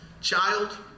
child